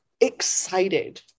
excited